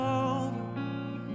over